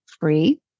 free